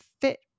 fit